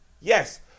yes